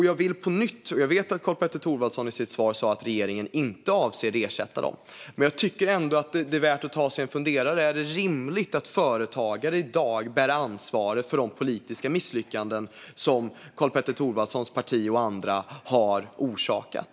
Jag vet att Karl-Petter Thorwaldsson i sitt svar sa att regeringen inte avser att ersätta dem, men jag tycker ändå att det är värt att här ta sig en funderare: Är det rimligt att företagare i dag bär ansvaret för de politiska misslyckanden som Karl-Petter Thorwaldssons parti och andra har orsakat?